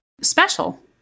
special